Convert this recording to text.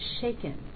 shaken